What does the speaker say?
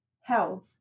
health